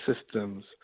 systems